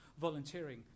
volunteering